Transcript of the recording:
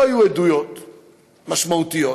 לא היו עדויות משמעותיות,